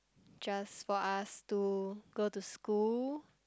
just for us to go to school